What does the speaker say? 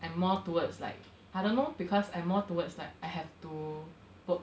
and more towards like I don't know because I'm more towards like I have to work